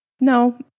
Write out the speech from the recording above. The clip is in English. No